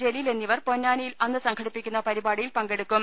ജലീൽ എന്നിവർ പൊന്നാനി യിൽ അന്ന് സംഘടിപ്പിക്കുന്ന പരിപാടിയിൽ പങ്കെടുക്കും